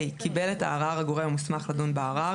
(ה)קיבל את הערר הגורם המוסמך לדון בערר,